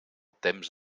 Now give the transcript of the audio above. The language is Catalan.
temps